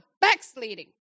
backsliding